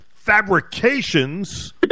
fabrications